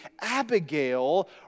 Abigail